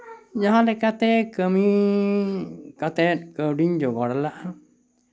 ᱡᱟᱦᱟᱸ ᱞᱮᱠᱟᱛᱮ ᱠᱟᱹᱢᱤ ᱠᱟᱛᱮᱫ ᱠᱟᱹᱣᱰᱤᱧ ᱡᱚᱜᱟᱲ ᱞᱟᱜᱼᱟ